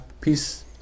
peace